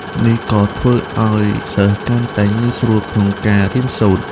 នេះក៏ធ្វើឱ្យសិស្សកាន់តែងាយស្រួលក្នុងការរៀនសូត្រ។